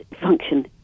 function